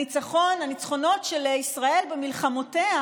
הניצחון, הניצחונות של ישראל במלחמותיה